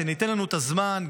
שניתן לנו את הזמן,